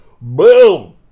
Boom